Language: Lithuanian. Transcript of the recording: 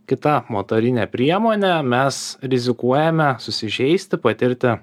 kita motorine priemone mes rizikuojame susižeisti patirti